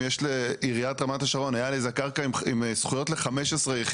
אם הייתי בעלים של קרקע פרטית,